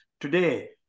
Today